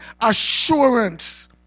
assurance